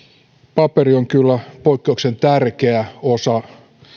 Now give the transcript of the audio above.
paperi on kyllä poikkeuksellisen tärkeä osa